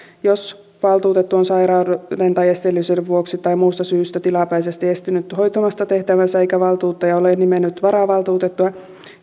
jos valtuutettu on sairauden tai esteellisyyden vuoksi tai muusta syystä tilapäisesti estynyt hoitamasta tehtäväänsä eikä valtuuttaja ole nimennyt varavaltuutettua